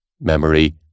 memory